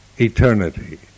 eternity